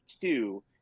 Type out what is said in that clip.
two